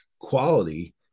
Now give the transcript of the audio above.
quality